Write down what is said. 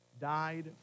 died